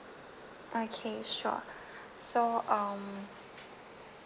okay sure so um